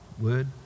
word